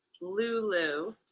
Lulu